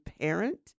parent